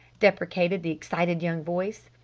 deprecated the excited young voice.